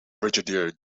brigadier